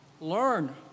learn